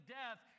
death